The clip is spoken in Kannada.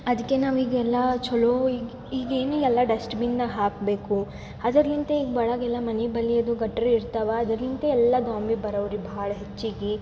ಅದಕ್ಕೆ ನಾವೀಗೆಲ್ಲಾ ಚೊಲೋ ಈಗೇನೆ ಎಲ್ಲ ಡಸ್ಟ್ ಬಿನ್ನಾಗೆ ಹಾಕಬೇಕು ಅದರಲಿಂತೆ ಬಳಗ ಎಲ್ಲ ಮನೆ ಬಳಿಯದು ಗಟ್ರ ಇರ್ತವ ಅದರಲಿಂತೆ ಎಲ್ಲ ದ್ವಾಮಿ ಬರೋವ್ ರೀ ಭಾಳ ಹೆಚ್ಚಿಗೆ